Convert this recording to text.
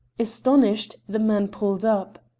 astonished, the man pulled up.